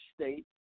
state